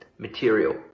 material